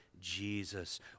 Jesus